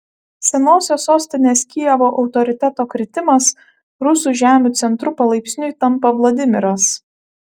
senosios sostinės kijevo autoriteto kritimas rusų žemių centru palaipsniui tampa vladimiras